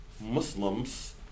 Muslims